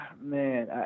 man